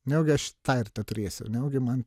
nejaugi aš tą ir teturėsiu nejaugi man